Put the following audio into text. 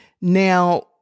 Now